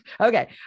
Okay